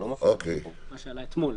מה שעלה אתמול.